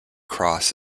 cross